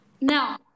Now